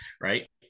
Right